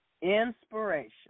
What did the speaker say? Inspiration